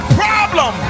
problem